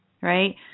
right